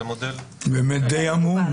זה באמת די עמום.